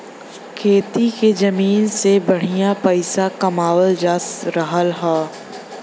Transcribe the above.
खेती के जमीन से बढ़िया पइसा कमावल जा रहल हौ